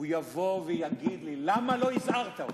יבוא ויגיד לי: למה לא הזהרת אותי?